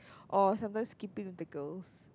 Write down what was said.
or sometimes skipping with the girls